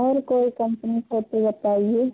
और कोई कम्पनी हो तो बताइए